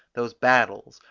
those battles,